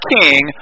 king